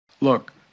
Look